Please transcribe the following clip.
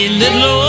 little